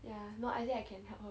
yeah no I say I can help her